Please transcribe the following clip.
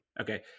Okay